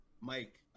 Mike